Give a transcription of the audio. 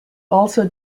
also